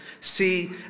See